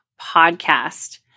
podcast